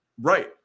Right